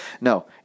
No